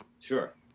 Sure